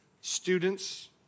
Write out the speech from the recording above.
students